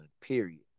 Period